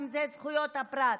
אם זה זכויות הפרט,